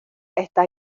está